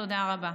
תודה רבה.